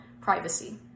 privacy